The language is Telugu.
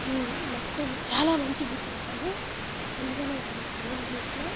మొత్తం చాలా మంచిగా కొట్టిర్రు వాళ్ళు అందుకనే వాళ్ళను సెలెక్ట్ చేసినాను